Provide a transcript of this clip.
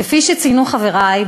כפי שציינו חברי,